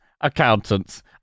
accountants